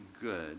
good